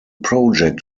project